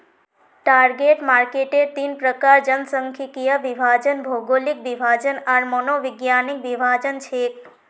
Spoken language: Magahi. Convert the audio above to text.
टारगेट मार्केटेर तीन प्रकार जनसांख्यिकीय विभाजन, भौगोलिक विभाजन आर मनोवैज्ञानिक विभाजन छेक